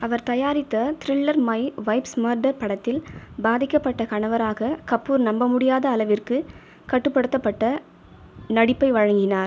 அவர் தயாரித்த thriller My Wife's Murder படத்தில் பாதிக்கப்பட்ட கணவராக கபூர் நம்பமுடியாத அளவிற்கு கட்டுப்படுத்தப்பட்ட நடிப்பை வழங்கினார்